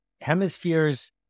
hemispheres